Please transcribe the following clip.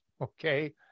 Okay